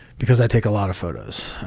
because i take a lot of photos.